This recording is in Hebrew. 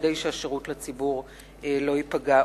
כדי שלפחות השירות לציבור לא ייפגע.